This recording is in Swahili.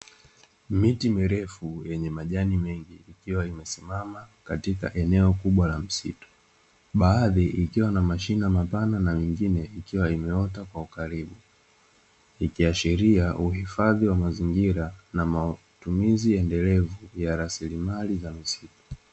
Miti mirefu yenye majani mengi, ikiwa imesimama katika eneo kubwa la msitu, baadhi ikiwa na mashina mapana na mingine ikiwa imeota kwa ukaribu, ikiashiria uhifadhi wa mazingira na matumizi endelevu ya rasilimali za msitu.